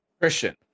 Christian